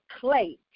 clay